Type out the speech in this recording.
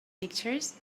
pictures